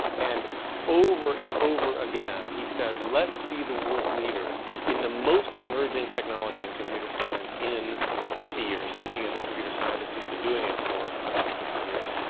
and over and over again, he said, let's be the world's leader in the most emerging technology in computer science in fifty years, speaking as a computer scientist who's been doing it for about fifty years.